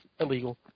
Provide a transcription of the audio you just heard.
illegal